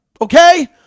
Okay